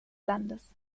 landes